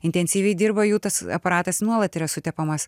intensyviai dirba jų tas aparatas nuolat yra sutepamas